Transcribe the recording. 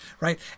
right